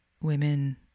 women